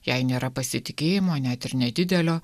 jei nėra pasitikėjimo net ir nedidelio